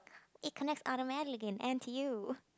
it connects automatically in n_t_u